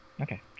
Okay